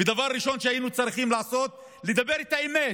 ודבר ראשון שהיינו צריכים לעשות, לדבר את האמת,